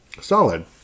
Solid